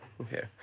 Okay